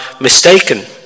mistaken